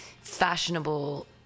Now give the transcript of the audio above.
fashionable